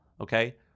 okay